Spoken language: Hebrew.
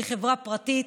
היא חברה פרטית,